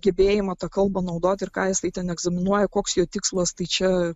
gebėjimą tą kalbą naudoti ir ką jis tai ten egzaminuoja koks jo tikslas tai čia